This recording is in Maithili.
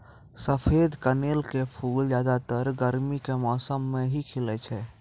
सफेद कनेल के फूल ज्यादातर गर्मी के मौसम मॅ ही खिलै छै